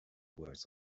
words